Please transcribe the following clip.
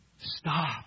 Stop